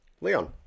Leon